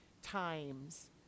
Times